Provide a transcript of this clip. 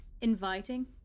Inviting